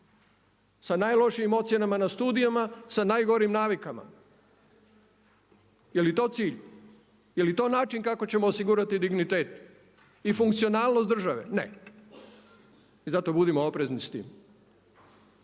sa najlošijim ocjenama na studijama, sa najgorim navikama. Je li to cilj? Je li to način kako ćemo osigurati dignitet i funkcionalnost države? Ne. I zato budimo oprezni s tim.